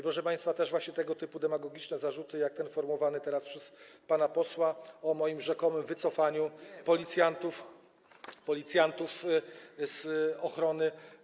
Proszę państwa, to właśnie tego typu demagogiczne zarzuty jak ten sformułowany teraz przez pana posła o moim rzekomym wycofaniu policjantów z ochrony.